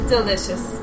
Delicious